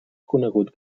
conegut